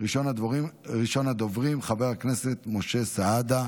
חטופים ונעדרים